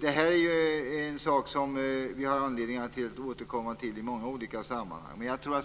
Det här är en sak som vi har anledning att återkomma till i många olika sammanhang.